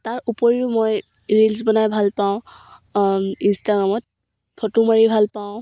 তাৰ উপৰিও মই ৰিলচ বনাই ভাল পাওঁ ইনষ্টাগ্ৰামত ফটো মাৰি ভাল পাওঁ